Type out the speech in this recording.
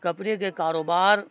کپڑے کے کاروبار